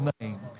name